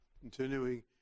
continuing